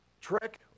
trick